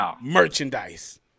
merchandise